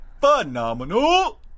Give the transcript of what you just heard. phenomenal